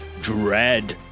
Dread